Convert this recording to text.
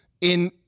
in-